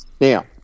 Now